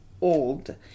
old